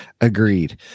Agreed